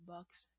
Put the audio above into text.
Bucks